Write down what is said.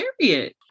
period